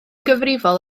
gyfrifol